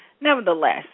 nevertheless